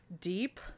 deep